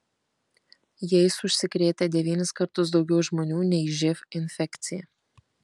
jais užsikrėtę devynis kartus daugiau žmonių nei živ infekcija